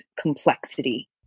complexity